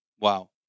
Wow